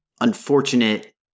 unfortunate